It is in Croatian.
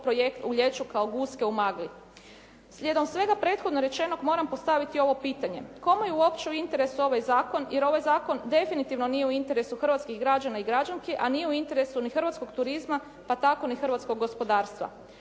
projekt ulijeću kao guske u magli. Slijedom svega prethodno rečenog moram postaviti ovo pitanje. Kome je uopće u interesu ovaj zakon jer ovaj zakon definitivno nije u interesu hrvatskih građana i građanski a nije u interesu ni hrvatskog turizma pa tako ni hrvatskog gospodarstva.